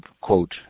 quote